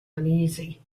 uneasy